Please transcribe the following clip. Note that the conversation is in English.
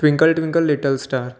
twinkle twinkle little star